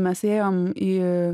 mes ėjom į